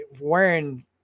wearing